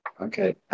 Okay